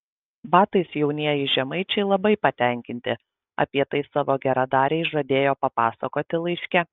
batais jaunieji žemaičiai labai patenkinti apie tai savo geradarei žadėjo papasakoti laiške